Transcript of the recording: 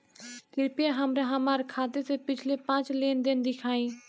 कृपया हमरा हमार खाते से पिछले पांच लेन देन दिखाइ